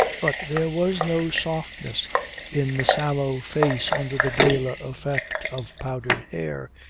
but there was no softness in the sallow face under the gala effect of powdered hair,